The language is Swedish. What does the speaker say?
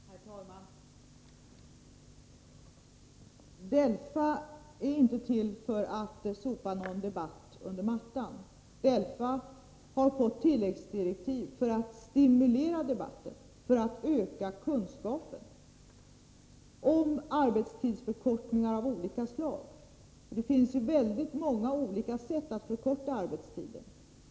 Herr talman! DELFA är inte till för att sopa någon debatt under mattan. DELFA har fått tilläggsdirektiv för att stimulera debatten och för att öka kunskapen om arbetstidsförkortning av olika slag. Det finns ju väldigt många olika sätt att förkorta arbetstiden på.